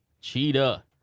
Cheetah